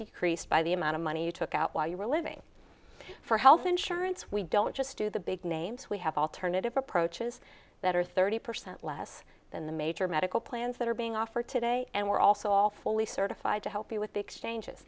decreased by the amount of money you took out while you were living for health insurance we don't just do the big names we have alternative approaches that are thirty percent less than the major medical plans that are being offered today and we're also all fully certified to help you with the exchanges